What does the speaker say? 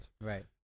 Right